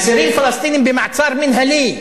אסירים פלסטינים במעצר מינהלי,